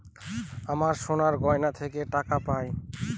আমরা সোনার গহনা থেকে টাকা পায়